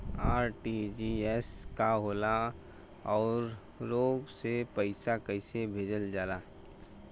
RTGS का होला आउरओ से पईसा कइसे भेजल जला?